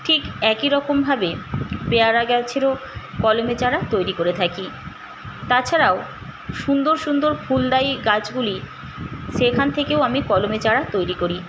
ঠিক একই রকম ভাবে পেয়ারা গাছেরও কলমে চারা তৈরি করে থাকি তাছাড়াও সুন্দর সুন্দর ফুলদায়ী গাছগুলি সেখান থেকেও আমি কলমে চারা তৈরি করি